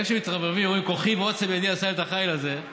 ברגע שמתרברבים ואומרים: כוחי ועוצם ידי עשה לי את החיל הזה,